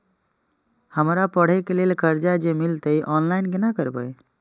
हमरा पढ़े के लेल कर्जा जे मिलते ऑनलाइन केना करबे?